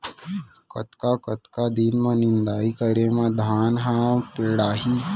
कतका कतका दिन म निदाई करे म धान ह पेड़ाही?